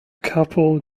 couple